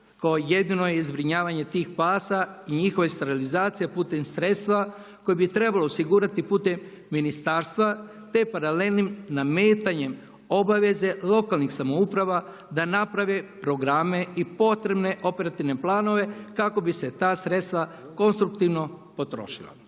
kao jedino je zbrinjavanje tih pasa i njihove sterilizacije putem sredstva koje bi trebalo osigurati putem ministarstva te paralelnim nametanjem obaveze lokalnih samouprava da naprave programe i potrebne operativne planove kako bi se ta sredstva konstruktivno potrošila.